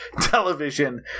television